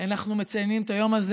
אנחנו מציינים את היום הזה.